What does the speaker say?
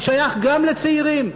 הוא שייך גם לצעירים.